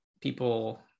people